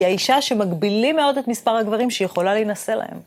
היא האישה שמגבילים מאוד את מספר הגברים שהיא יכולה להנשא להם.